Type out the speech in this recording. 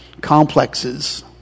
complexes